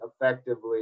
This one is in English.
effectively